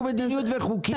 מדיניות וחוקים,